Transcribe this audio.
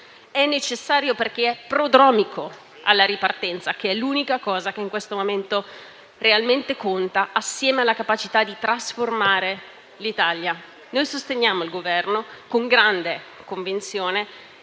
è necessario perché è prodromico alla ripartenza, l'unica cosa che in questo momento realmente conta assieme alla capacità di trasformare l'Italia. Sosteniamo il Governo con grande convinzione